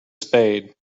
spade